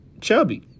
chubby